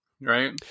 right